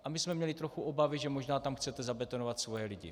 A my jsme měli trochu obavy, že možná tam chcete zabetonovat svoje lidi.